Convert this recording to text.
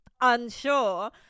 unsure –